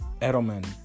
Edelman